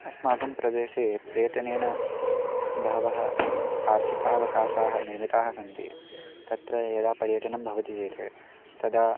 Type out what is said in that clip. अस्माकं प्रदेशे पर्यटनेन बहवः आर्थिकावकाशाः निर्मिताः सन्ति तत्र यदा पर्यटनं भवति चेत् तदा